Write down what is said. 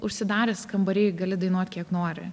užsidaręs kambary gali dainuot kiek nori